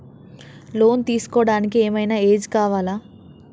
Loan తీస్కోవడానికి ఏం ఐనా ఏజ్ కావాలా?